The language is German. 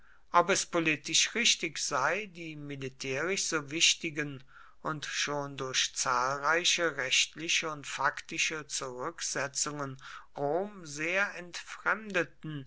ob es politisch richtig sei die militärisch so wichtigen und schon durch zahlreiche rechtliche und faktische zurücksetzungen rom sehr entfremdeten